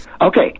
Okay